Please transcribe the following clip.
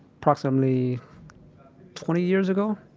approximately twenty years ago